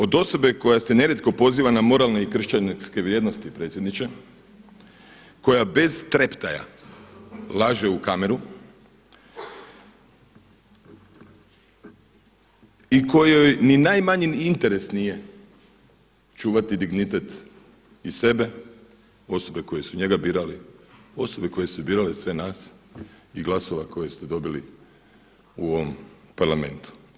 Od osobe koja se nerijetko poziva na moralne i kršćanske vrijednosti predsjedniče, koja bez treptaj laže u kameru i kojoj ni najmanji interes nije čuvati dignitet i sebe, osobe koje su njega birale, osobe koje su birale sve nas i glasova koje ste dobili u ovom Parlamentu.